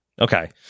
Okay